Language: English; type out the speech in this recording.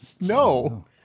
No